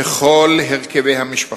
בכל הרכבי המשפחה,